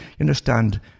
understand